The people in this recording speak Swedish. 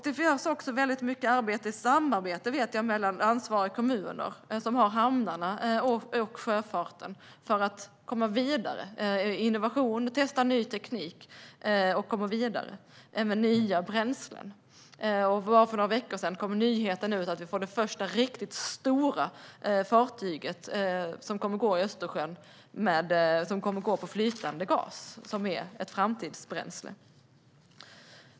Det sker också mycket arbete i samarbete mellan de ansvariga kommunerna, hamnarna och sjöfarten för att komma vidare med innovation och testa ny teknik och nya bränslen. För bara några veckor sedan kom nyheten att det första riktigt stora fartyget nu kommer att gå i Östersjön på flytande gas, som är ett framtidsbränsle.